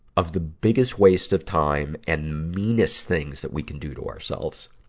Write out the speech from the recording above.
of the biggest wastes of time and meanest things that we can do to ourselves.